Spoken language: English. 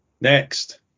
next